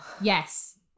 yes